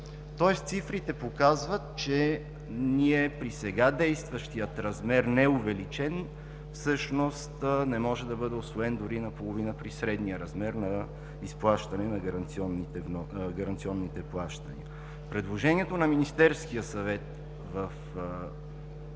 Тоест цифрите показват, че ние при сега действащия неувеличен размер всъщност не може да бъде усвоен дори наполовина при средния размер на изплащане на гаранционните плащания. Предложението на Министерския съвет в този